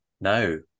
no